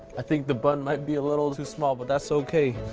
i think the bun might be a little too small, but that's okay.